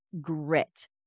grit